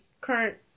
current